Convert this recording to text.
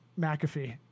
mcafee